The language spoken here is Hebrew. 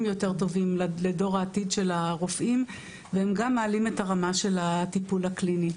יותר טובים לדור העתיד של הרופאים והם גם מעלים את הרמה של הטיפול הקליני.